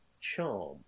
Charm